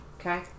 Okay